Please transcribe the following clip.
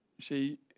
See